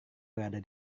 berada